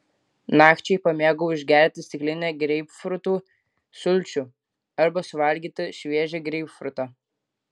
nakčiai pamėgau išgerti stiklinę greipfrutų sulčių arba suvalgyti šviežią greipfrutą